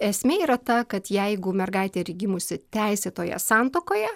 esmė yra ta kad jeigu mergaitė ir ji gimusi teisėtoje santuokoje